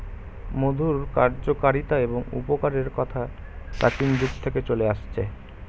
মধুর কার্যকারিতা এবং উপকারের কথা প্রাচীন যুগ থেকে চলে আসছে